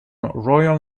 royal